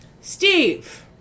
Steve